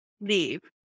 leave